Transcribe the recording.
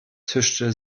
zischte